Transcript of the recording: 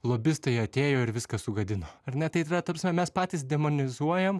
lobistai atėjo ir viską sugadino ar ne tai ta ta prasme mes patys demonizuojam